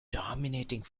dominating